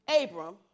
Abram